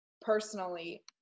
personally